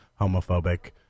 homophobic